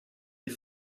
die